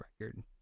record